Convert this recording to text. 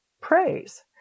praise